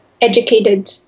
educated